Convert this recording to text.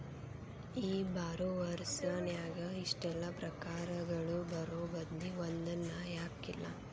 ಈ ಬಾರೊವರ್ಸ್ ನ್ಯಾಗ ಇಷ್ಟೆಲಾ ಪ್ರಕಾರಗಳು ಇರೊಬದ್ಲಿ ಒಂದನ ಯಾಕಿಲ್ಲಾ?